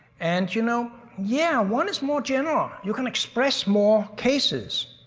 and you know, yeah, one is more general. you can express more cases.